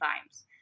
times